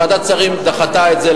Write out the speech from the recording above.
ועדת השרים דחתה את ההצעה,